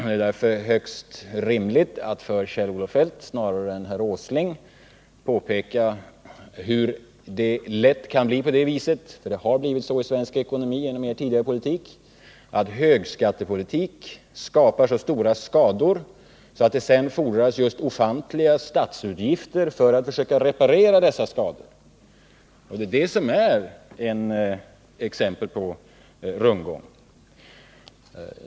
Det är därför högst rimligt att för Kjell-Olof Feldt, snarare än för Nils Åsling, påpeka hur det lätt kan bli på det viset — för det har blivit så i svensk ekonomi genom er tidigare politik — att högskattepolitik skapar så stora skador att det sedan fordras ofantliga statsutgifter för att försöka reparera dessa skador. Det är exempel på rundgång.